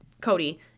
Cody